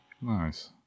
Nice